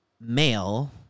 male